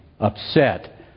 upset